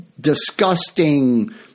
disgusting